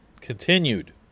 continued